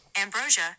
ambrosia